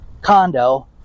condo